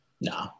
No